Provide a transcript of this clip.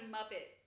Muppet